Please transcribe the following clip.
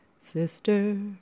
sister